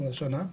כלומר השנה,